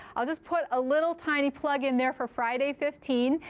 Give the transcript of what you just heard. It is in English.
i'll just put a little tiny plug in there for friday fifteen.